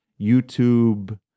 youtube